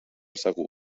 segur